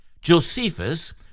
Josephus